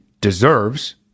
deserves